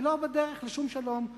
היא לא בדרך לשום שלום.